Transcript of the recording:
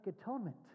atonement